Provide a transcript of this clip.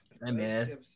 man